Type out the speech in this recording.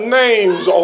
names